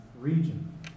region